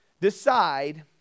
Decide